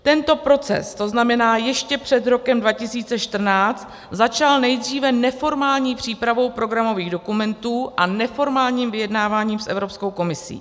Tento proces, to znamená ještě před rokem 2014, začal nejdříve neformální přípravou programových dokumentů a neformálním vyjednáváním s Evropskou komisí.